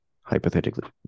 hypothetically